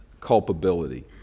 culpability